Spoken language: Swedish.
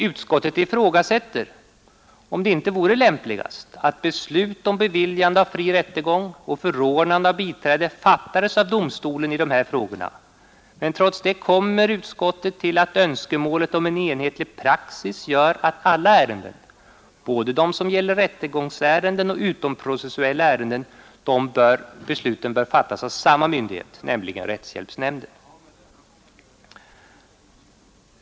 Utskottet ifrågasätter, om det inte vore lämpligast att beslut om beviljande av fri rättegång och förordnande av biträde fattades av domstolen, men trots det kommer utskottet till att önskemålet om en enhetlig praxis gör att besluten i alla ärenden, både rättegångsärenden och utomprocessuella ärenden, bör fattas av samma myndighet, nämligen rättshjälpsnämnden.